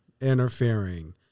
interfering